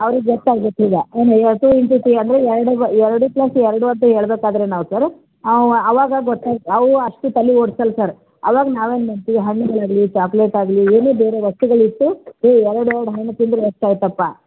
ಅವ್ರಿಗೆ ಗೊತ್ತಾಗತ್ತೆ ಈಗ ಟೂ ಇಂಟು ಟೂ ಎರ್ಡ್ ಬ ಎರ್ಡು ಪ್ಲಸ್ ಎರ್ಡು ಅಂತ ಹೇಳ್ಬೇಕಾದ್ರೆ ನಾವು ಸರ್ ಅವ ಅವಾಗ ಗೊತ್ತಾಗಿ ಅವು ಅಷ್ಟು ತಲೆ ಓಡ್ಸಲ್ಲ ಸರ್ ಅವಾಗ ನಾವೇನು ಮಾಡ್ತೀವಿ ಹಣ್ಣುಗಳಾಗ್ಲೀ ಚಾಕ್ಲೇಟ್ ಆಗಲೀ ಏನೇ ಬೇರೆ ವಸ್ತುಗಳು ಇಟ್ಟು ಏ ಎರಡು ಎರಡು ಹಣ್ಣು ತಿಂದ್ರೆ ಎಷ್ಟಾಯ್ತಪ್ಪ